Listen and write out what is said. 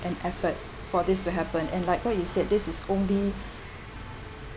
and effort for this to happen and like what you said this is only